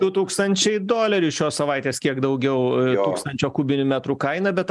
du tūkstančiai dolerių šios savaitės kiek daugiau tūkstančio kubinių metrų kaina bet